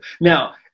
Now